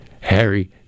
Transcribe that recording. Harry